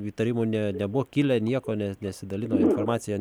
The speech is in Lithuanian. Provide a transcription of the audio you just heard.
įtarimų ne nebuvo kilę nieko ne nesidalino informacija